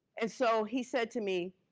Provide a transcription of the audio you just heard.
and so, he said to me,